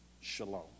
Shalom